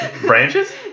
branches